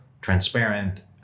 transparent